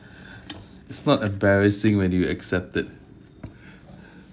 it's not embarrassing when you accept it